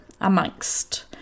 amongst